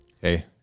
Hey